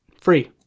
free